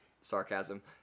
Sarcasm